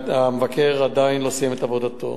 והמבקר עדיין לא סיים את עבודתו.